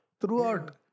Throughout